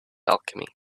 alchemy